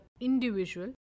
individual